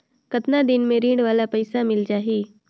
कतना दिन मे ऋण वाला पइसा मिल जाहि?